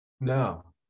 no